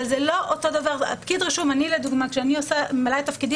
אני יודע מראש מה התשובה שאתם הולכים לתת לי.